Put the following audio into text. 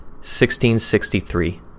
1663